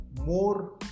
more